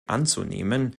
anzunehmen